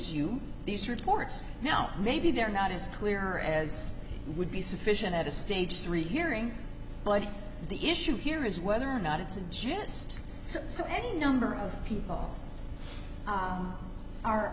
you these reports now maybe they're not it's clear as would be sufficient at a stage three hearing but the issue here is whether or not it's a just so so any number of people are are